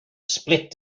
split